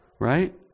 right